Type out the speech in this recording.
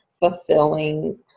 fulfilling